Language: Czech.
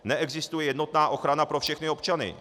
Neexistuje jednotná ochrana pro všechny občany.